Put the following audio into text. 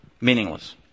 meaningless